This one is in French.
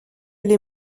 les